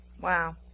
Wow